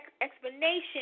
explanation